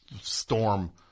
storm